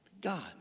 God